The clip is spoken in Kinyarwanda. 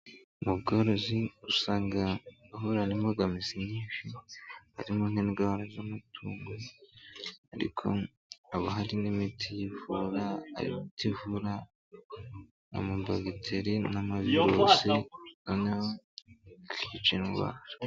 Mu bworozi usanga nkoranyambogamizi nyinshi harimo n'indwara z'amatungo ariko haba hari n'imiti yivurativura na bagiteri n'amavirusi aikca indwara.